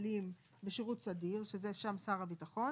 לחיילים בשירות סדיר, שזה שם שר הביטחון.